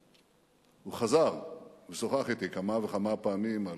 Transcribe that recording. הוא חזר ושוחח אתי כמה וכמה פעמים על